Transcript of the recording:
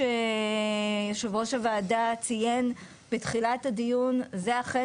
המטרות שיו"ר הועדה ציין בתחילת הדיון זה אכן